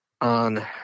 on